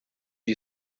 you